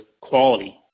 quality